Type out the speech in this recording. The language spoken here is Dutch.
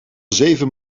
zeven